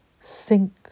sink